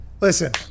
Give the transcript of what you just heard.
listen